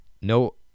no